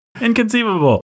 Inconceivable